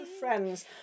friends